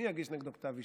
מי יגיש נגדו כתב אישום?